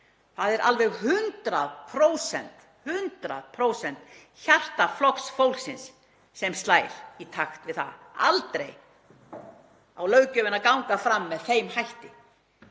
Það er alveg 100% hjarta Flokks fólksins sem slær í takt við það, aldrei á löggjöfin að ganga fram með þeim hætti